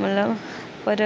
मतलब पर